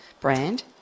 brand